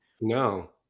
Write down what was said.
no